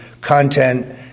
content